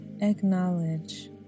acknowledge